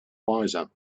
wiser